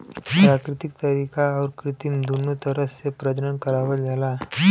प्राकृतिक तरीका आउर कृत्रिम दूनो तरह से प्रजनन करावल जाला